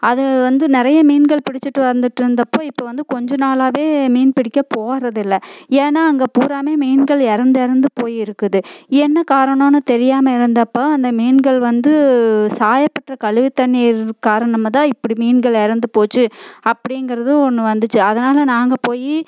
அது வந்து நிறைய மீன்கள் பிடிச்சுட்டு வந்துட்ருந்தப்போ இப்போ வந்து கொஞ்ச நாளாகவே மீன் பிடிக்க போகிறதில்ல ஏன்னால் அங்கே பூராமே மீன்கள் இறந்து இறந்து போயிருக்குது என்ன காரணோம்னு தெரியாமல் இருந்தப்போ அந்த மீன்கள் வந்து சாயப்பட்டற கழிவுத்தண்ணீர் காரணமாக தான் இப்படி மீன்கள் இறந்து போச்சு அப்படிங்கிறது ஒன்று வந்துச்சு அதனால் நாங்கள் போய்